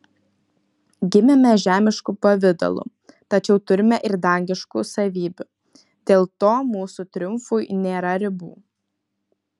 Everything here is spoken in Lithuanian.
gimėme žemišku pavidalu tačiau turime ir dangiškų savybių dėl to mūsų triumfui nėra ribų